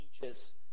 teaches